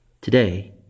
Today